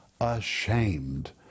ashamed